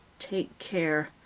take care,